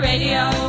Radio